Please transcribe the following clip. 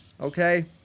okay